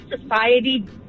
society